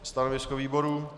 Stanovisko výboru?